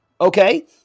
okay